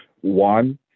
One